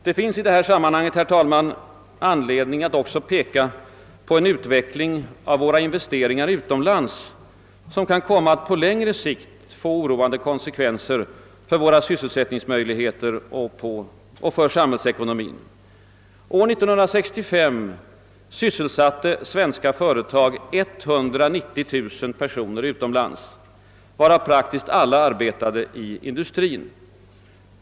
Det finns i det här sammanhanget, herr talman, anledning att också peka på en utveckling av våra investeringar utomlands som kan komma att på längre sikt få oroande konsekvenser för våra sysselsättningsmöjligheter och för samhällsekonomin. År 1965 sysselsatte svenska företag 190 000 personer utomlands, varav praktiskt taget alla arbetade inom industrin.